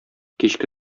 кичке